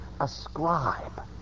ascribe